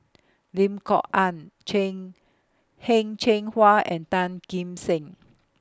Lim Kok Ann Cheng Heng Cheng Hwa and Tan Kim Seng